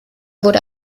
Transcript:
wurde